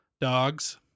dogs